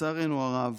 לצערנו הרב,